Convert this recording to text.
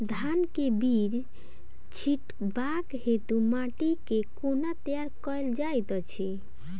धान केँ बीज छिटबाक हेतु माटि केँ कोना तैयार कएल जाइत अछि?